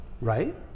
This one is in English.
right